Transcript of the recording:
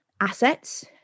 assets